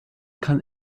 kann